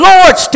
Lord